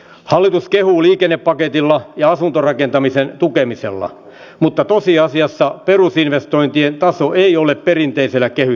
hallitus kehuu liikennepaketilla ja asuntorakentamisen tukemisella mutta tosiasiassa perusinvestointien taso ei ole perinteisellä kehystasolla